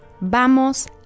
Vamos